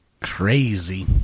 Crazy